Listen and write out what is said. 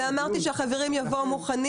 בגלל זה אמרתי שהחברים יבואו מוכנים